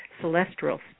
celestial